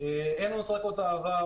שאין את רקורד העבר,